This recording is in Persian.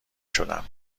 شدم